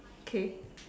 okay